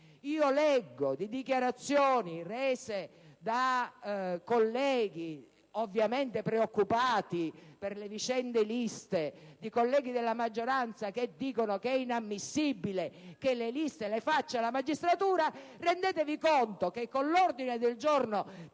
ancora di dichiarazioni rese da colleghi ovviamente preoccupati per le vicende delle liste, di colleghi della maggioranza che dicono che è inammissibile che le liste le faccia la magistratura. Ma, colleghi, rendetevi conto che con l'ordine del giorno del